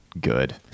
good